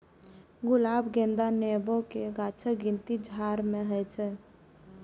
गुलाब, गेंदा, नेबो के गाछक गिनती झाड़ मे होइ छै